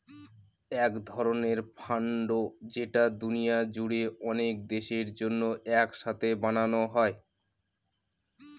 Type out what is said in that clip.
এক ধরনের ফান্ড যেটা দুনিয়া জুড়ে অনেক দেশের জন্য এক সাথে বানানো হয়